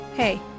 Hey